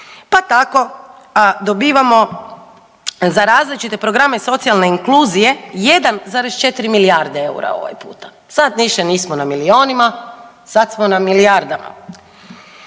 Pa tako dobivamo za različite programe socijalne inkluzije 1,4 milijarde eura ovaj puta. Sad više nismo na milijunima, sad samo na milijardama.